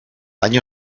año